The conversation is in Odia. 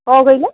କ'ଣ କହିଲେ